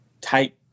tight